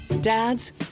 Dads